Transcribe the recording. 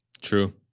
True